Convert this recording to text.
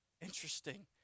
interesting